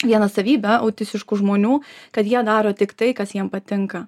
viena savybė autistiškų žmonių kad jie daro tik tai kas jiem patinka